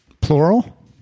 Plural